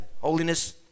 holiness